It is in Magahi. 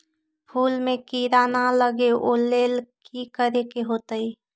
फूल में किरा ना लगे ओ लेल कि करे के होतई?